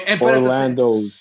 Orlando